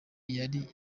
yari